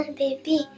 baby